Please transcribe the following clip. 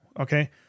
okay